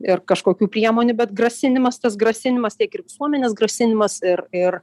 ir kažkokių priemonių bet grasinimas tas grasinimas tiek ir visuomenės grasinimas ir ir